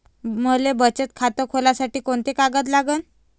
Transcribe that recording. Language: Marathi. मले बचत खातं खोलासाठी कोंते कागद लागन?